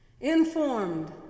Informed